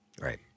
Right